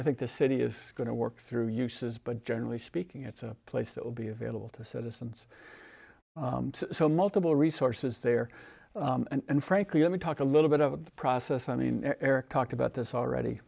i think the city is going to work through uses but generally speaking it's a place that will be available to citizens so multiple resources there and frankly let me talk a little bit of a process i mean eric talked about this already